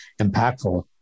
impactful